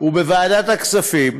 ובוועדת הכספים,